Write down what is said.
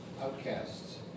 outcasts